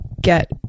get